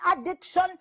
addiction